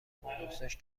بادوستاش